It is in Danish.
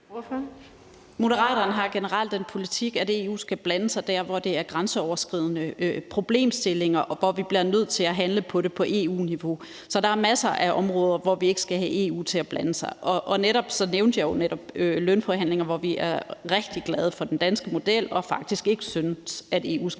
Moderaterne har generelt den politik, at EU skal blande sig der, hvor der er grænseoverskridende problemstillinger, og hvor vi bliver nødt til at handle på det på EU-niveau. Så der er masser af områder, hvor vi ikke skal have EU til at blande sig. Jeg nævnte jo netop lønforhandlinger, og her er vi rigtig glade for den danske model og synes faktisk ikke, at EU skal blande sig.